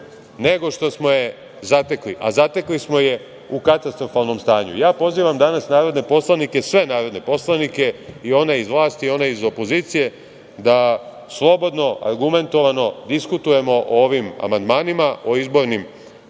nego što smo je zatekli, a zatekli smo je u katastrofalnom stanju. Pozivam danas narodne poslanike, sve narodne poslanike, i one iz vlasti i one iz opozicije, da slobodno, argumentovano diskutujemo o ovim amandmanima, o izbornim